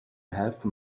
have